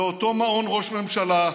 זה אותו מעון ראש ממשלה,